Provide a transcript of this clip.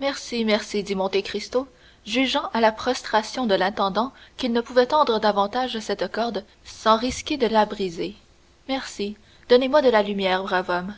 merci merci dit monte cristo jugeant à la prostration de l'intendant qu'il ne pouvait tendre davantage cette corde sans risquer de la briser merci donnez-moi de la lumière brave homme